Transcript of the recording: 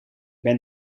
ben